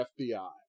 FBI